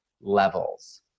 levels